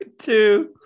Two